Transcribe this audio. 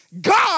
God